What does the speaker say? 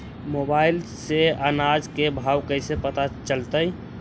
Mobile से अनाज के भाव कैसे पता चलतै?